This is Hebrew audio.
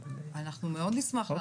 אנחנו מאוד נשמח.